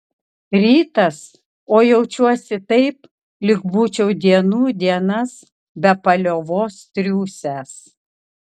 rytas o jaučiuosi taip lyg būčiau dienų dienas be paliovos triūsęs